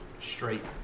Straight